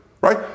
Right